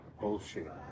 Bullshit